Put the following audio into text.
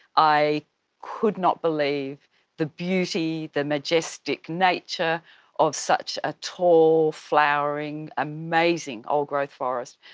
i could not believe the beauty, the majestic nature of such a tall flowering amazing old-growth forest.